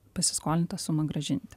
pasiskolintą sumą grąžinti